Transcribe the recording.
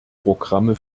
programme